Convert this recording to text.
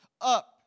up